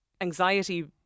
anxiety